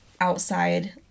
outside